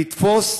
לתפוס,